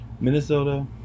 Minnesota